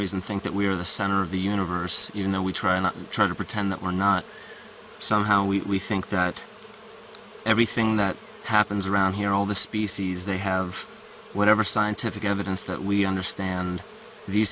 reason think that we are the center of the universe you know we try and try to pretend that we're not somehow we think that everything that happens around here all the species they have whatever scientific evidence that we understand the